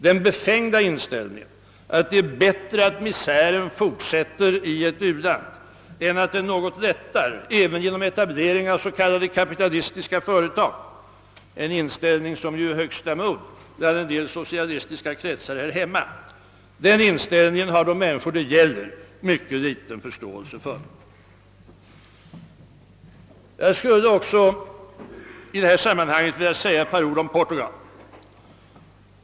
Den befängda inställningen att det är bättre att misären fortsätter i ett u-land än att den något lättar även genom etablering av s.k. kapitalistiska företag, en inställning som ju är högsta mode bland en del socialistiska kretsar här hemma, den inställningen har de människor det gäller mycket liten förståelse för. Jag skulle också i detta sammanhang vilja säga ett par ord om Portugal.